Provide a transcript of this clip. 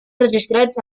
registrats